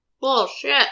Bullshit